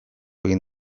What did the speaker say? egin